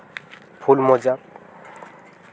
ᱯᱷᱩᱞ ᱢᱚᱡᱟ